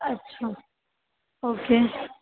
اچھا اوکے